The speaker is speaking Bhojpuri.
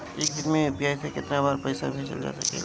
एक दिन में यू.पी.आई से केतना बार पइसा भेजल जा सकेला?